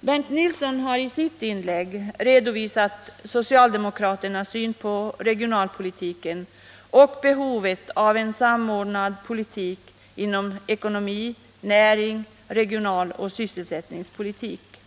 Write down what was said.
Bernt Nilsson har i sitt inlägg redovisat socialdemokraternas syn på regionalpolitiken och behovet av en samordning mellan den ekonomiska politiken, näringsoch regionalpolitiken samt sysselsättningspolitiken.